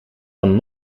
van